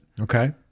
Okay